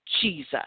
Jesus